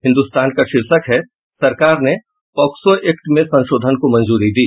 हिन्दुस्तान का शीर्षक है सरकार ने पोक्सो एक्ट में संशोधन को मंजूरी दी